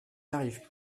arrive